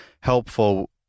helpful